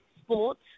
sports